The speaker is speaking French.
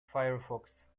firefox